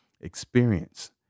experience